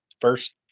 First